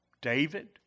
David